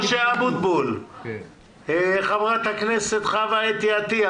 אבוטבול, חברת הכנסת חוה אתי עטייה,